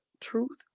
truth